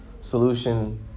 solution